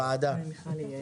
הישיבה ננעלה בשעה 13:55.